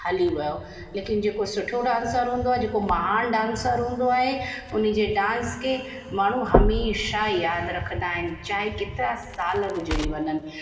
हली वयो लेकिन जेको सुठो डांसर हूंदो आहे जेको महान डांसर हूंदो आहे उन जे डांस खे माण्हू हमेशह यादि रखंदा आहिनि चाहे केतिरा साल गुज़िरी वञनि